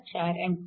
64 A